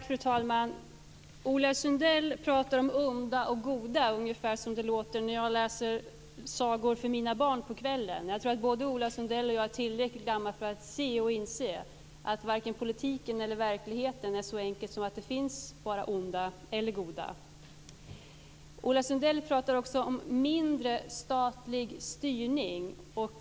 Fru talman! Ola Sundell pratar om onda och goda ungefär som det låter när jag läser sagor för mina barn på kvällen. Jag tror att både Ola Sundell och jag är tillräckligt gamla för att inse att varken politiken eller verkligheten är så enkel att det finns bara onda eller goda. Ola Sundell pratar också om mindre statlig styrning.